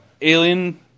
alien